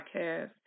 Podcast